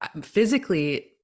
physically